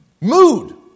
mood